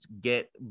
get